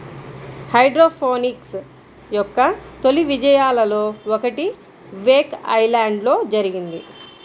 hydroponics యొక్క తొలి విజయాలలో ఒకటి వేక్ ఐలాండ్లో జరిగింది